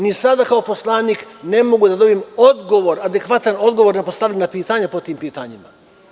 Ni sada kao poslanik ne mogu da dobije adekvatan odgovor na postavljena pitanja po tim pitanjima.